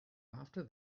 after